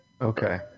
Okay